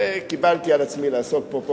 שקיבלתי על עצמי לעסוק בו פה,